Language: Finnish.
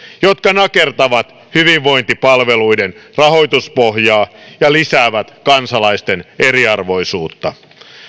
jotka nakertavat hyvinvointipalveluiden rahoituspohjaa ja lisäävät kansalaisten eriarvoisuutta